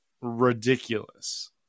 ridiculous